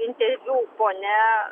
interviu ponia